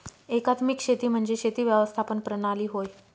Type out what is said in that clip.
एकात्मिक शेती म्हणजे शेती व्यवस्थापन प्रणाली होय